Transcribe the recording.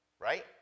Right